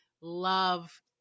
love